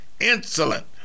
insolent